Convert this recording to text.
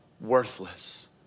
Worthless